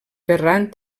ferran